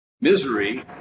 misery